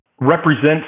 represents